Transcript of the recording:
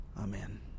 Amen